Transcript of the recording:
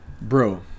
bro